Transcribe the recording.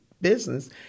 business